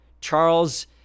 charles